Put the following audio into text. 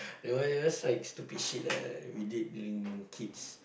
that one it was like stupid shit lah we did in kids